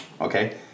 Okay